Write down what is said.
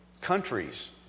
countries